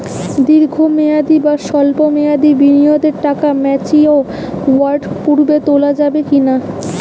দীর্ঘ মেয়াদি বা সল্প মেয়াদি বিনিয়োগের টাকা ম্যাচিওর হওয়ার পূর্বে তোলা যাবে কি না?